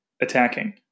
attacking